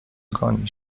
goni